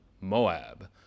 Moab